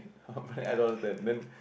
oh man I don't understand man